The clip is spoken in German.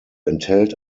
enthält